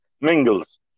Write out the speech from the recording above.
Mingles